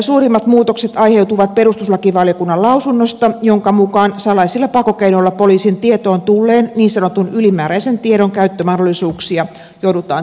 suurimmat muutokset aiheutuvat perustuslakivaliokunnan lausunnosta jonka mukaan salaisilla pakkokeinoilla poliisin tietoon tulleen niin sanotun ylimääräisen tiedon käyttömahdollisuuksia joudutaan tiukentamaan